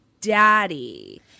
daddy